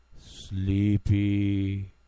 sleepy